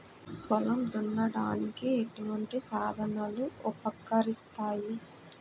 పొలం దున్నడానికి ఎటువంటి సాధనలు ఉపకరిస్తాయి?